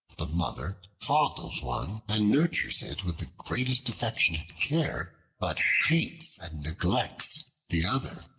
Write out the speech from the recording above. the mother fondles one and nurtures it with the greatest affection and care, but hates and neglects the other.